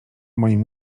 moim